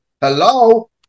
Hello